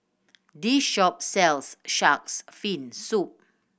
this shop sells Shark's Fin Soup